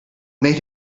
made